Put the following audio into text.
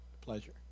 pleasure